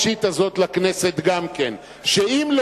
לא לא לא,